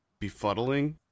befuddling